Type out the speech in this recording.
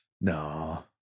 No